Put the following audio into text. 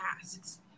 tasks